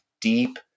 deep